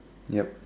yup